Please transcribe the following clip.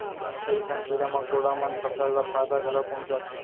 कई ठन कीरा मकोड़ा मन फसल ल फायदा घलौ पहुँचाथें